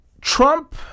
Trump